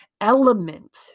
element